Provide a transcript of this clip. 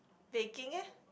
taking